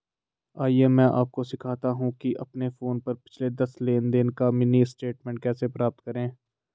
आइए मैं आपको सिखाता हूं कि अपने फोन पर पिछले दस लेनदेन का मिनी स्टेटमेंट कैसे प्राप्त करें